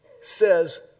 says